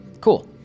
cool